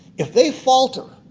if they falter,